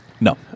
No